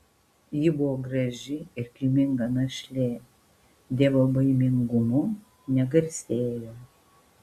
ji buvo graži ir kilminga našlė dievobaimingumu negarsėjo